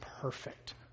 perfect